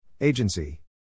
Agency